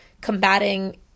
combating